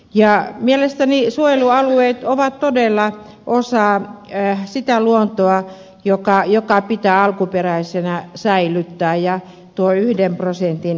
ja mielestäni suojelualueet ovat todella osa sitä luontoa joka pitää alkuperäisenä säilyttää ja tuo yhden prosentin pinta ala